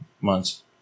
months